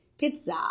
pizza